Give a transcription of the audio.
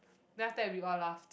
then after that we all laughed